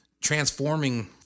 transforming